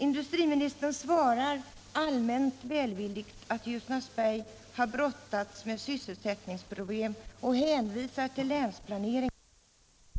Industriministern svarar allmänt välvilligt att Ljusnarsberg har brottats med sysselsättningsproblem och hänvisar till länsplaneringen. Men detta blir inte kommunen hjälpt av.